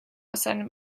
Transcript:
seinem